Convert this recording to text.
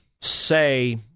say